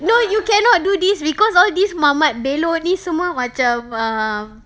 no you cannot do this because all these mamat belok ni semua macam um